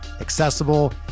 accessible